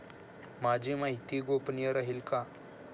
माझी माहिती गोपनीय राहील का?